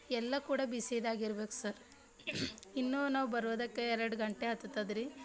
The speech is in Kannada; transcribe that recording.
ಎಲ್ಲ ಕೂಡ ಬಿಸಿದಾಗೆ ಇರ್ಬೇಕು ಸರ್ ಇನ್ನು ನಾವು ಬರೋದಕ್ಕೆ ಎರಡು ಗಂಟೆ ಹತ್ತದದ್ರೀ